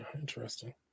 Interesting